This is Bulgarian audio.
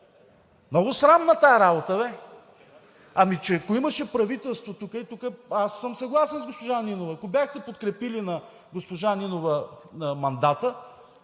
Много срамна тази работа, бе! Ами че ако имаше правителство тук, и тук аз съм съгласен с госпожа Нинова – ако бяхте подкрепили мандата на госпожа Нинова,